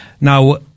Now